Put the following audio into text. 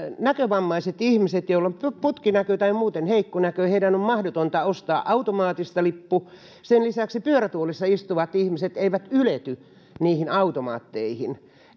näkövammaisten ihmisten joilla on putkinäkö tai muuten heikko näkö on mahdotonta ostaa automaatista lippu sen lisäksi pyörätuolissa istuvat ihmiset eivät ylety niihin automaatteihin